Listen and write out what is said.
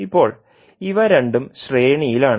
ഇപ്പോൾ ഇവ രണ്ടും ശ്രേണിയിലാണ്